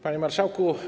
Panie Marszałku!